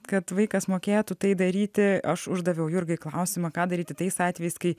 kad vaikas mokėtų tai daryti aš uždaviau jurgai klausimą ką daryti tais atvejais kai